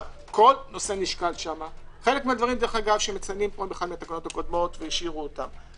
חלק מהדברים שמציינים פה הם מהתקנות הקודמות והשאירו אותם.